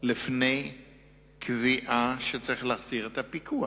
שלפני קביעה שצריך להחזיר את הפיקוח.